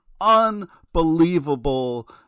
unbelievable